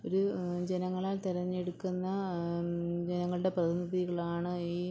ഒരു ജനങ്ങളാൽ തിരഞ്ഞെടുക്കുന്ന ജനങ്ങളുടെ പ്രതിനിധികളാണ് ഈ